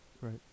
Right